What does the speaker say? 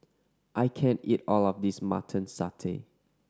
I can't eat all of this Mutton Satay